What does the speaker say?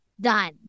Done